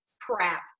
crap